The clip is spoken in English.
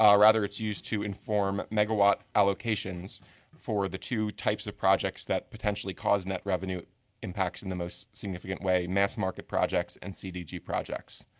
ah rather it's used to inform mega watt allocations for the two types of projects that potentially cause net revenue impacts in the most significant way, mass market projects and cdg projects.